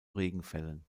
regenfällen